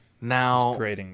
Now